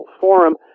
forum